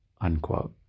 unquote